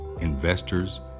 investors